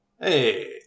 Hey